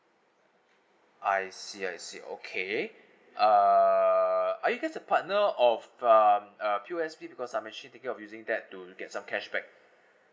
I see I see okay err are you guys a partner of um um P_O_S_B because I'm actually thinking of using that to to get some cashback